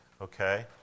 Okay